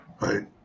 right